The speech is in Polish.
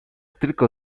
tylko